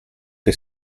che